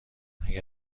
اگر